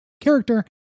character